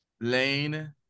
Lane